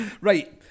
Right